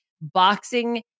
boxing